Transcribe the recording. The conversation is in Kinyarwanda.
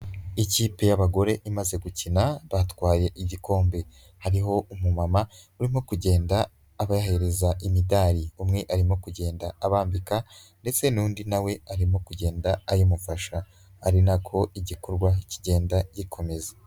Ikipe y'abagore imaze gukina batwaye igikombe. Hariho umumama urimo kugenda abahereza imidari. Umwe arimo kugenda abambika, ndetse n'undi nawe arimo kugenda ayimufasha. Ari nako igikorwa kigenda gikomeza.